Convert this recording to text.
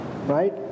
right